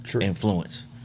influence